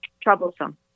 troublesome